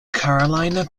carolina